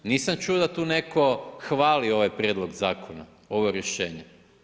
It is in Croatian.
Nisam čuo da tu netko hvali ovaj prijedlog zakona, ovo rješenje.